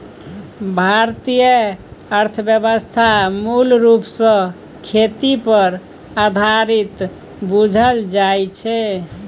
भारतीय अर्थव्यवस्था मूल रूप सँ खेती पर आधारित बुझल जाइ छै